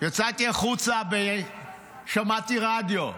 יצאתי החוצה ושמעתי רדיו,